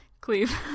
cleave